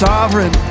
Sovereign